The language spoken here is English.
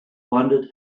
wondered